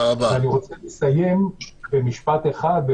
אני רוצה לסיים את דבריי במשפט אחד.